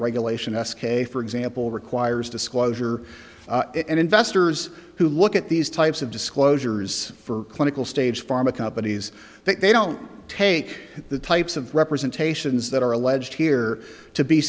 regulation s k for example requires disclosure and investors who look at these types of disclosures for clinical stage pharma companies they don't take the types of representations that are alleged here to be